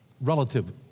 Relative